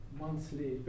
monthly